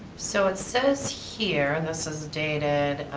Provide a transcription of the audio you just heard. so, it says here, this is dated,